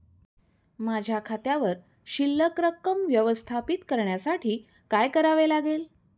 माझ्या खात्यावर शिल्लक रक्कम व्यवस्थापित करण्यासाठी काय करावे लागेल?